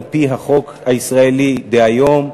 על-פי החוק הישראלי דהיום,